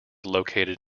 located